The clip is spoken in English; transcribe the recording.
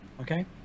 Okay